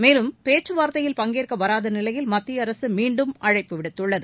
மேலும் பேச்சுவார்த்தையில் பங்கேற்க வராத நிலையில் மத்திய அரசு மீண்டும் அழைப்பு விடுத்துள்ளது